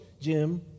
Jim